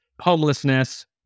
homelessness